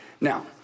Now